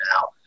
now